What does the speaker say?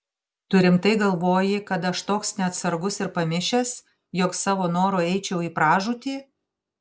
tu rimtai galvoji kad aš toks neatsargus ir pamišęs jog savo noru eičiau į pražūtį